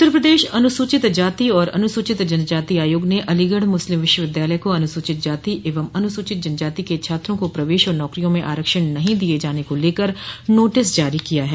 उत्तर प्रदेश अनुसूचित जाति और अनुसूचित जनजाति आयोग ने अलीगढ़ मुस्लिम विश्वविद्यालय को अनुसूचित जाति एवं अनुसूचित जनजाति के छात्रों को प्रवेश और नौकरियों में आरक्षण नहीं दिये जाने को लेकर नोटिस जारी किया है